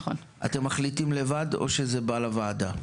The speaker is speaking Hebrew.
אתם מחליטים לבד, או זה בא לוועדה?